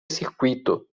circuito